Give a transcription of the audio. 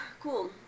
Cool